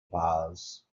bars